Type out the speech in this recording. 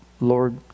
Lord